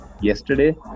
yesterday